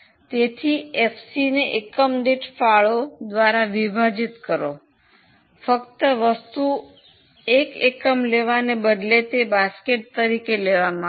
તેથી એફસીને એકમ દીઠ ફાળો દ્વારા વિભાજિત કરો ફક્ત વસ્તુ એક એકમ લેવાને બદલે તે બાસ્કેટ તરીકે લેવામાં આવ્યું છે